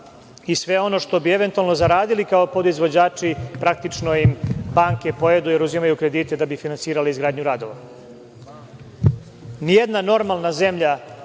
i sve ono što bi eventualno zaradili kao podizvođači, praktično im banke pojedu jer uzimaju kredite da bi finansirali izgradnju radova. Ni jedna normalna zemlja